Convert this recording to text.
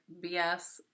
BS